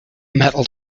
metal